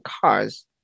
cars